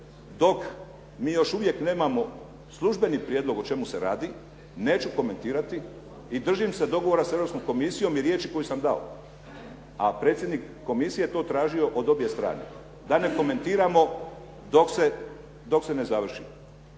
dok mi još uvijek nemamo službeni prijedlog o čemu se radi neću komentirati i držim se dogovora sa Europskom komisijom i riječi koju sam dao. A predsjednik Komisije je to tražio od obje strane, da ne komentiramo dok se ne završimo.